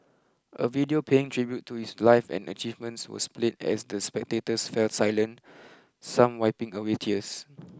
a video paying tribute to his life and achievements was played as the spectators fell silent some wiping away tears